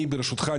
אני ברשותך,